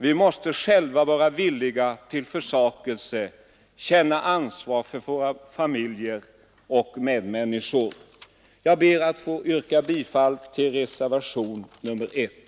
Vi måste själva vara villiga till försakelser, känna ansvar för våra familjer och medmänniskor.” Jag ber att få yrka bifall till reservationen 1.